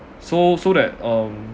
so so that um